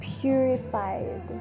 purified